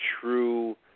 true